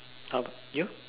how about you